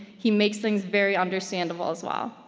he makes things very understandable as well.